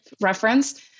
reference